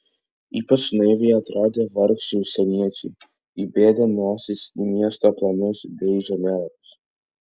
ypač naiviai atrodė vargšai užsieniečiai įbedę nosis į miesto planus bei žemėlapius